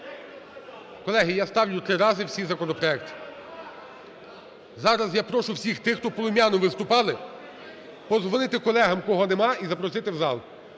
Колеги, я ставлю 3 рази всі законопроекти. Зараз я прошу всіх тих, хто полум'яно виступали, подзвонити колегам, кого немає і запросити в зал,